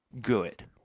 good